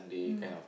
mm